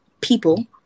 people